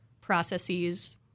processes